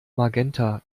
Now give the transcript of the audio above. magenta